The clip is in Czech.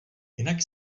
jinak